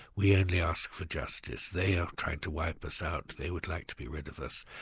we only ask for justice. they are trying to wipe us out, they would like to be rid of us,